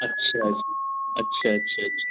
अच्छा अच्छा अच्छा अच्छा अच्छा